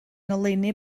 ngoleuni